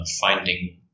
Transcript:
finding